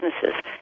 businesses